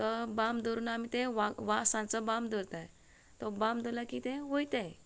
तो बाम दलरून आम् ते वा् वासाचो बाम दोरतोय तो बाम दवल्लो की ते वयताय